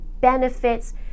benefits